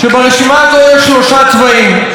שברשימה הזאת יש שלושה צבעים: